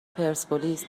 پرسپولیس